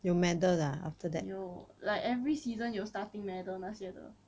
有 like every season 有 starting medal 那些的